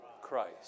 Christ